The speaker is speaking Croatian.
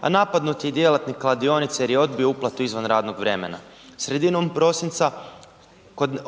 a napadnut je i djelatnik kladionice jer je odbio uplatu izvan radnog vremena. Sredinom prosinca